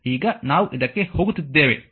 ಆದ್ದರಿಂದ 105i 1 ಈಗ ನಾವು ಇದಕ್ಕೆ ಹೋಗುತ್ತಿದ್ದೇವೆ